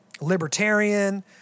libertarian